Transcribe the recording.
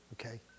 okay